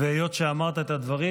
היות שאמרת את הדברים,